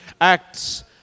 Acts